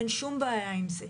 אין שום בעיה עם זה.